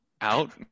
out